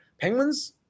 Penguins